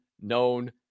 known